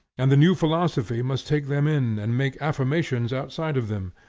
and the new philosophy must take them in and make affirmations outside of them,